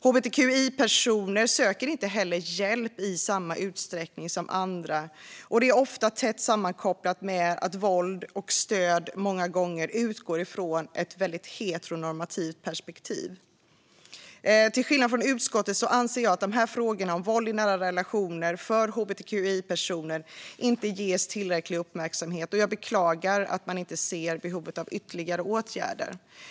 Hbtqi-personer söker inte heller hjälp i samma utsträckning som andra, och det är ofta tätt sammankopplat med att vård och stöd många gånger utgår från ett heteronormativt perspektiv. Till skillnad från utskottet anser jag att frågorna om våld i nära relationer för hbtqi-personer inte ges tillräcklig uppmärksamhet. Jag beklagar att man inte ser behovet av ytterligare åtgärder.